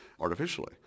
artificially